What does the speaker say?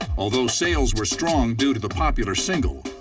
although sales were strong due to the popular single,